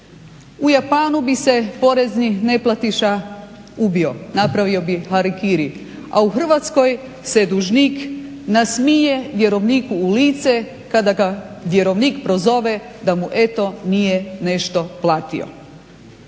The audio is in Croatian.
U Japanu bi se porezni neplatiša ubio, napravio bi harakiri, a u Hrvatskoj se dužnik nasmije vjerovniku u lice kada ga vjerovnik prozove da mu eto nije nešto platio.